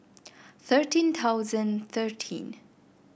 thirteen thousand thirteen